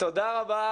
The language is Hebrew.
תודה רבה